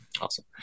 Awesome